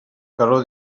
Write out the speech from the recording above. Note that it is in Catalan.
calor